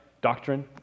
Doctrine